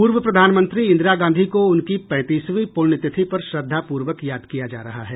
पूर्व प्रधानमंत्री इंदिरा गांधी को उनकी पैंतीसवीं पुण्यतिथि पर श्रद्धापूर्वक याद किया जा रहा है